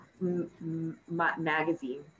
magazine